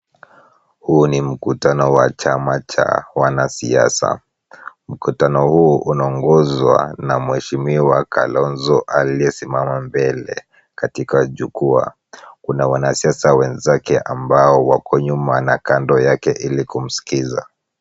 Huu ni mkutano wa chama cha wanasiasa. Mkutano huu unaongozwa na mheshimiwa Kalonzo aliyesimama mbele katika jukwaa. Kuna wanasiasa wenzake ambao wako nyuma na kando yake ili kumsikiza.